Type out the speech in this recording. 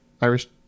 Irish